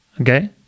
okay